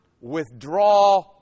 withdraw